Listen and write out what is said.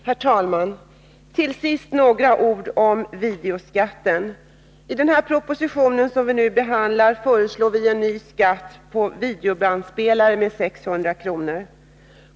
Herr talman! Till sist några ord om videoskatten. I den proposition som vi nu behandlar föreslås en ny skatt på videobandspelare om 600 kr.